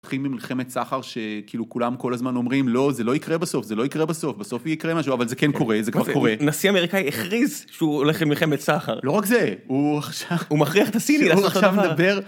נתחיל מלחמת סחר, ש... כאילו, כולם כל הזמן אומרים "לא, זה לא יקרה בסוף, זה לא יקרה בסוף, בסוף יקרה משהו...", אבל זה כן קורה, זה כבר קורה. - נשיא אמריקאי הכריז שהוא הולך למלחמת סחר. - לא רק זה! - הוא מכריח את הסינים ... יותר